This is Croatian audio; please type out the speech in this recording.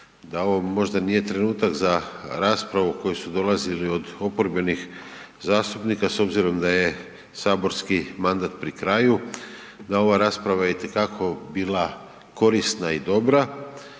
da ovo možda nije trenutak za raspravu koju su dolazili od oporbenih zastupnika s obzirom da je saborski mandat pri kraju, da ova rasprava je itekako bila korisna i dobra